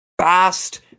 Fast